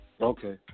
Okay